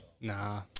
Nah